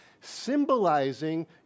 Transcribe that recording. symbolizing